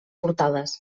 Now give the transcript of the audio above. portades